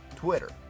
Twitter